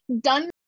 done